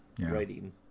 writing